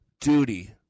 duty